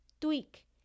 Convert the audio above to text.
tweak